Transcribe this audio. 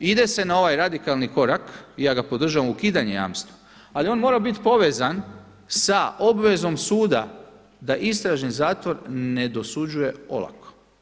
Ide se na ovaj radikalni korak i ja ga podržavam, ukidanje jamstva, ali on mora biti povezan sa obvezom suda da istražni zatvor ne dosuđuje olako.